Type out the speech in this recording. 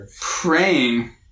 praying